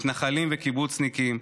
מתנחלים וקיבוצניקים,